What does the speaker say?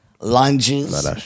Lunges